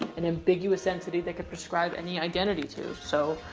an ambiguous entity they could prescribe any identity to so,